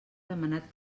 demanat